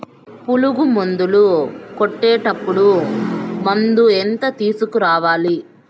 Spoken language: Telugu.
పులుగు మందులు కొట్టేటప్పుడు మందు ఎంత తీసుకురావాలి?